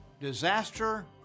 Disaster